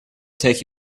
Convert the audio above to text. take